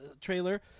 trailer